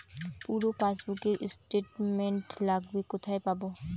পুরো পাসবুকের স্টেটমেন্ট লাগবে কোথায় পাব?